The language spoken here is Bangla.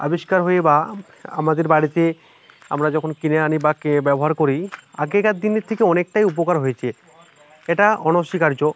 আবিষ্কার হয়ে বা আমাদের বাড়িতে আমরা যখন কিনে আনি বা কে ব্যবহার করি আগেকার দিনের থেকে অনেকটাই উপকার হয়েছে এটা অনস্বীকার্য